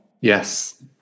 Yes